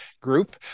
group